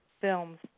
films